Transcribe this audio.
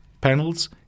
panels